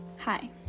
Hi